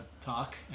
talk